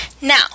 Now